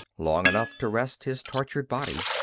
long enough to rest his tortured body.